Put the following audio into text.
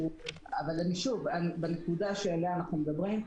אבל שוב, בנקודה שעליה אנחנו מדברים,